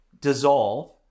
dissolve